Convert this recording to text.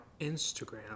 Instagram